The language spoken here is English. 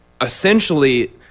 essentially